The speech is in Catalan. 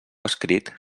escrit